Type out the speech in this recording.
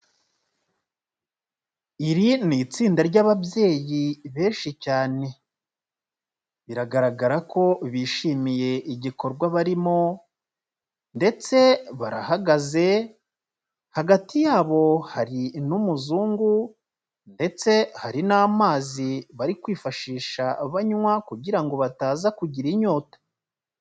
Iri ni itsinda ry'ababyeyi benshi cyane, biragaragara ko bishimiye igikorwa barimo ndetse barahagaze, hagati yabo hari n'umuzungu ndetse hari n'amazi bari kwifashisha banywa kugira ngo bataza kugira inyota.